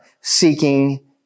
seeking